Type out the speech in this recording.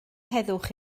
heddwch